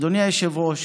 אדוני היושב-ראש,